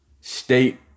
state